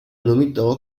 nominò